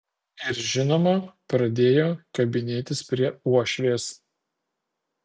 ir žinoma pradėjo kabinėtis prie uošvės